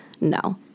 No